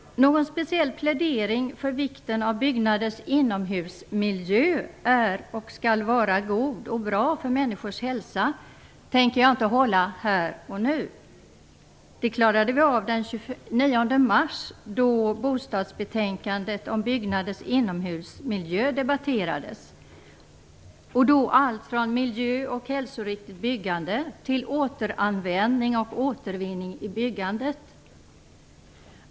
Någon speciell plädering för vikten av att byggnaders inomhusmiljö är och skall vara god och bra för människors hälsa tänker jag inte hålla här och nu. Det klarade vi av den 29 mars, då bostadsutskottets betänkande om byggnaders inomhusmiljö debatterades, om allt från miljö och hälsoriktigt byggande till återanvändning och återvinning i byggandet.